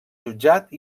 jutjat